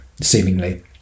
seemingly